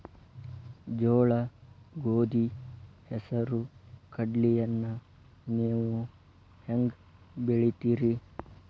ಜೋಳ, ಗೋಧಿ, ಹೆಸರು, ಕಡ್ಲಿಯನ್ನ ನೇವು ಹೆಂಗ್ ಬೆಳಿತಿರಿ?